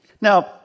Now